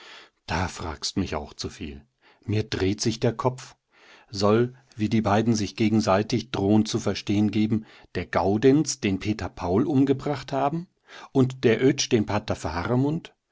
da fragst mich auch zu viel mir dreht sich der kopf soll wie die beiden sich gegenseitig drohend zu verstehen geben der gaudenz den peter paul umgebracht haben und der oetsch den pater